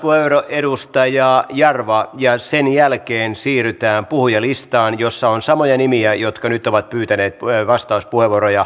vastauspuheenvuoro edustaja jarva ja sen jälkeen siirrymme puhujalistaan jossa on samoja nimiä jotka nyt ovat pyytäneet vastauspuheenvuoroja